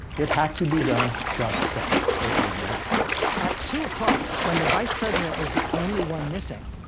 it had to be done just so or it wouldn't happen at two o'clock, when the vice president was the only one missing,